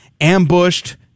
ambushed